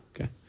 Okay